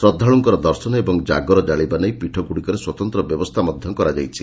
ଶ୍ରଦ୍ବାଳୁଙ୍କର ଦର୍ଶନ ଏବଂ ଜାଗର କାଳିବା ନେଇ ପୀଠଗୁଡ଼ିକରେ ସ୍ୱତନ୍ତ ବ୍ୟବସ୍ଷା ମଧ କରାଯାଇଛି